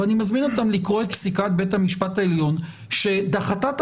ואני מזמין אותם לקרוא את פסיקת בית המשפט העליון שדחתה את